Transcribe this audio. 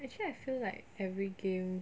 actually I feel like every game